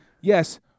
Yes